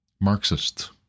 Marxist